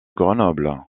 grenoble